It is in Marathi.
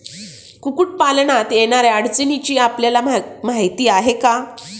कुक्कुटपालनात येणाऱ्या अडचणींची आपल्याला माहिती आहे का?